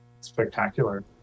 spectacular